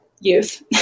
youth